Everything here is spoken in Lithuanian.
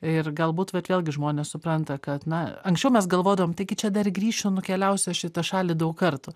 ir galbūt vat vėlgi žmonės supranta kad na anksčiau mes galvodavom taigi čia dar grįšiu nukeliausiu aš į tą šalį daug kartų